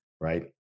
right